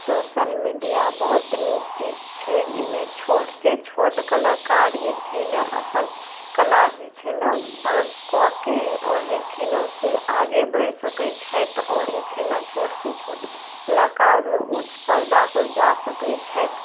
social media बहुत नीक चीज छै एहिमे छोट से छोट कलाकार जे छै न अपन कला जे छै ने डांस कऽके आओर जे छै ने से आगे बढ़ि सकै छथि आओर जे छै ने छोट से छोट कलाकार उच्च पर्दा पर जा सकैत छथि